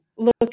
Look